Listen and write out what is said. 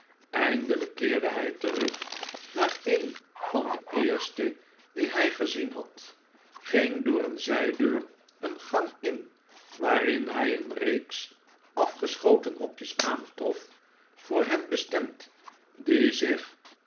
eindelijk keerde hij terug naar een van de eerste die hij gezien had ging door een zijdeur een gang in waarin hij een reeks afgeschoten hokjes aantrof voor hen bestemd die zich